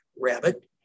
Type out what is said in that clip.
rabbit